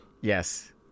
Yes